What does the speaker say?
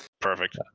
Perfect